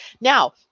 Now